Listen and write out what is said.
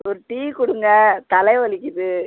ஒரு டீ கொடுங்க தலை வலிக்குது